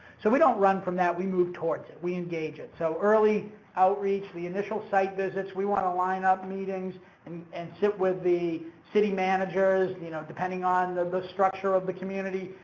so, we don't run from that we move towards it, we engage it. so, early outreach, the initial site visits, we want to line up meetings and and sit with the city managers, you know depending on the the structure of the community,